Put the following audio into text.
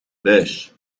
buis